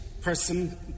person